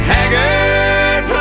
Haggard